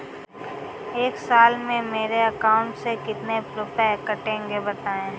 एक साल में मेरे अकाउंट से कितने रुपये कटेंगे बताएँ?